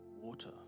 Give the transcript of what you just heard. water